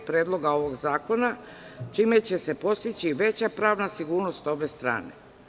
Predloga ovog zakona, čime će se postići veća pravna sigurnost obe strane.